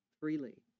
freely